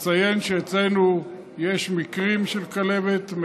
יש לציין שאצלנו יש מקרים מעטים של כלבת.